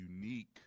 unique